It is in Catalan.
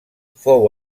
fou